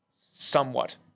somewhat